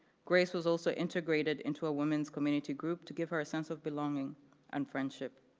grace was also integrated into a women's community group to give her a sense of belonging and friendship.